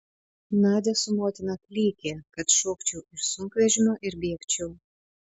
nadia su motina klykė kad šokčiau iš sunkvežimio ir bėgčiau